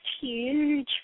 huge